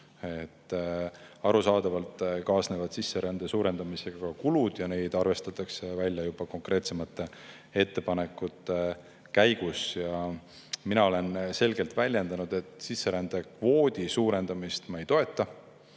Arusaadavalt kaasnevad sisserände suurendamisega kulud ja neid [arvutatakse] juba konkreetsemate ettepanekute käigus. Ma olen selgelt välja öelnud, et sisserändekvoodi suurendamist ma ei toeta.